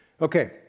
Okay